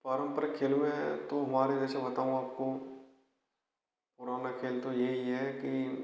पारंपरिक खेलों में तो हमारे वैसे बताऊँ आपको पुराना खेल तो यही है कि